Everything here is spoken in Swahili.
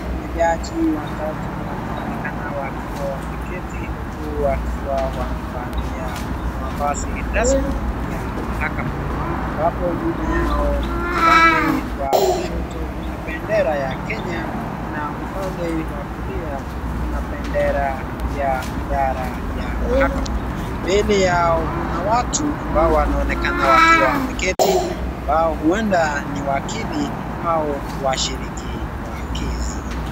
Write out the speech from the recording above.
Majaji watatu wanaoonekana wakiwa wameketi huku wakiwa wamevalia mavazi rasmi ya mahakama ambapo nyuma yao upande wa kushoto kuna pendera ya Kenya na upande wa kulia kuna pendera ya idhara ya mahakama. Mbele yao kuna watu ambao wanaonekana wakiwa wameketi ambao huenda ni wakili au washiriki wa kesi.